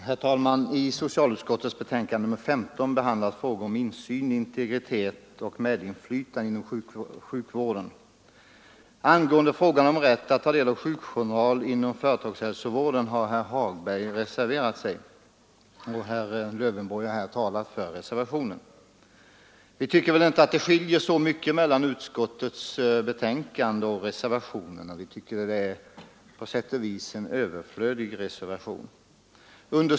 Herr talman! I socialutskottets betänkande nr 15 behandlas frågan om insyn, integritet och medinflytande inom sjukvården. Angående frågan om rätt att ta del av sjukjournalerna inom företagshälsovården har herr Hagberg reserverat sig, och herr Lövenborg har här talat för reservationen. Vi inom utskottsmajoriteten tycker väl inte att det skiljer så mycket mellan utskottets skrivning och reservationen. Det är alltså på sätt och vis en överflödig reservation.